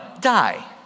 die